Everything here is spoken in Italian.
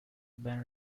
ben